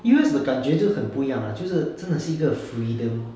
U_S 的感觉就很不一样啊就是真的是一个 freedom